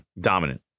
dominant